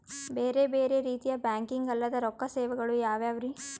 ಬೇರೆ ಬೇರೆ ರೀತಿಯ ಬ್ಯಾಂಕಿಂಗ್ ಅಲ್ಲದ ರೊಕ್ಕ ಸೇವೆಗಳು ಯಾವ್ಯಾವ್ರಿ?